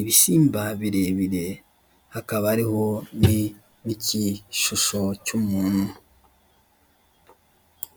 ibisimba birebire hakaba hariho nigishusho cy'umuntu